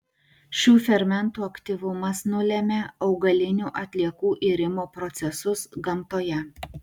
šių fermentų aktyvumas nulemia augalinių atliekų irimo procesus gamtoje